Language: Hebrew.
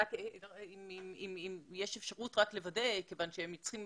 רק אם יש אפשרות לוודא, כיוון שהם צריכים